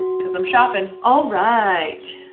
cause i'm shopping. alright.